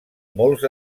molts